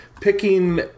picking